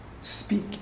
Speak